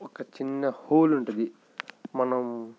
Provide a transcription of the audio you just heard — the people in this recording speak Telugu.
ఒక చిన్న హోల్ ఉంటుంది మనం